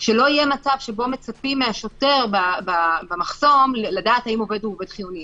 שלא יהיה מצב שבו מצפים מהשוטר במחסום לדעת האם עובד הוא עובד חיוני.